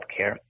healthcare